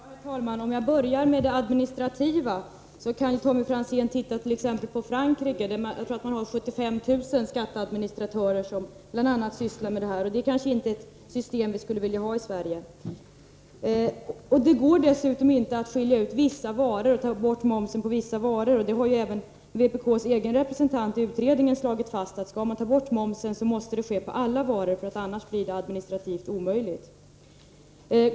Herr talman! För att börja med de administrativa problemen kan jag be Tommy Franzén se på t.ex. Frankrike. Där lär man ha 75 000 skatteadministratörer som sysslar med bl.a. detta. Det är kanske inte ett system som vi skulle vilja ha här i Sverige. Det går inte att ta bort momsen bara på vissa varor. Även vpk:s egen representant i utredningen har ju slagit fast, att om man skall ta bort momsen, så måste man gör det på alla varor. Annars blir det administrativt omöjligt.